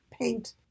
paint